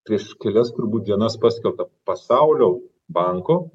prieš kelias turbūt dienas paskelbtą pasaulio banko